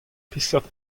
peseurt